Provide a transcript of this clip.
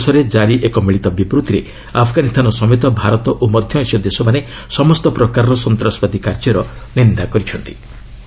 କଥାବାର୍ତ୍ତା ଶେଷରେ ଜାରି ଏକ ମିଳିତ ବିବୃତ୍ତିରେ ଆଫଗାନିସ୍ତାନ ସମେତ ଭାରତ ଓ ମଧ୍ୟଏସୀୟ ଦେଶମାନେ ସମସ୍ତ ପ୍ରକାରର ସନ୍ତ୍ରାସବାଦୀ କାର୍ଯ୍ୟର ନିନ୍ଦା କରିଥିଲେ